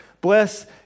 bless